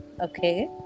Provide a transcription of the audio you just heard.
Okay